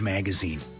Magazine